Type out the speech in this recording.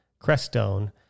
Crestone